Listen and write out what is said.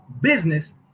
business